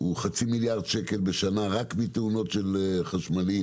הוא חצי מיליארד שקל לשנה רק מתאונות של חשמליים,